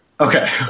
Okay